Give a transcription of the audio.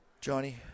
Johnny